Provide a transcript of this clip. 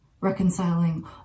Reconciling